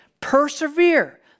Persevere